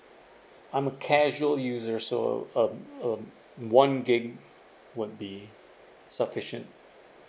I'm a casual user so um um one gig would be sufficient